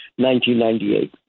1998